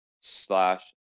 slash